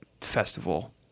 festival